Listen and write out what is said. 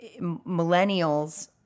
millennials